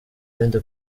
rindi